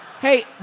Hey